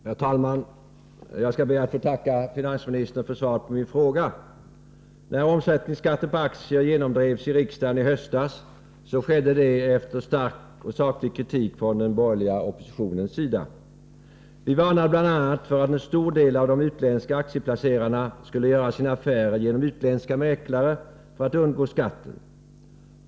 Herr talman! Jag skall be att få tacka finansministern för svaret på min fråga. När omsättningsskatten på aktier genomdrevs i riksdagen i höstas skedde det efter stark och saklig kritik från den borgerliga oppositionens sida. Vi varnade bl.a. för att en stor del av de utländska aktieplacerarna skulle göra sina affärer genom utländska mäklare för att undgå skatten.